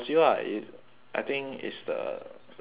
I think it's the set before